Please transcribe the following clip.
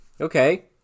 Okay